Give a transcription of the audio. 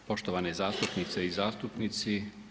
Poštovane zastupnice i zastupnici.